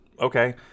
okay